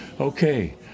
Okay